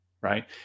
right